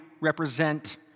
represent